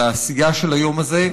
על העשייה של היום הזה,